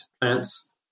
plants